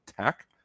tech